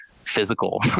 physical